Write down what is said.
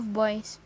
boys